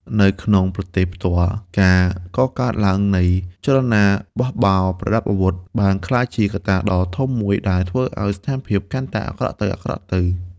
នៅក្នុងប្រទេសផ្ទាល់ ការកកើតឡើងនៃចលនាបះបោរប្រដាប់អាវុធ បានក្លាយជាកត្តាដ៏ធំមួយដែលធ្វើឱ្យស្ថានភាពកាន់តែអាក្រក់ទៅៗ។